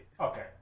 okay